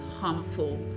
harmful